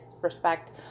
respect